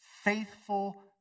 faithful